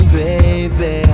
baby